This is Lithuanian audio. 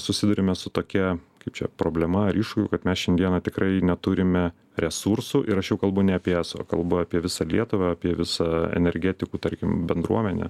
susiduriame su tokia kaip čia problema ar iššūkiu kad mes šiandieną tikrai neturime resursų ir aš jau kalbu ne apie eso kalbu apie visą lietuvą apie visą energetikų tarkim bendruomenę